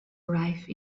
arrive